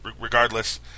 Regardless